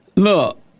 Look